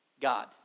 God